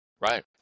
Right